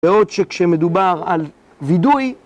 ועוד שכשמדובר על וידוי,